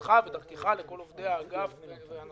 מודה לך, ודרכך לכל עובדי האגף ואנשיו.